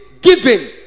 giving